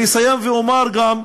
אני אסיים ואומר גם,